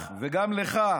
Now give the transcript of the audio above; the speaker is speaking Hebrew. וגם לך,